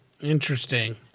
Interesting